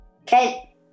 Okay